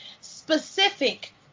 specific